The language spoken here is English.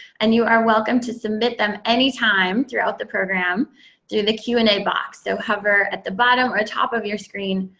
and you are welcome to submit them anytime throughout the program through the q and a box. so hover at the bottom or top of your screen,